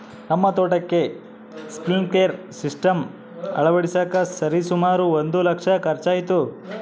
ನಮ್ಮ ತೋಟಕ್ಕೆ sprinkler system ಅಳವಡಿಸಕ ಸರಿಸುಮಾರು ಒಂದು ಲಕ್ಷ ಖರ್ಚಾಯಿತು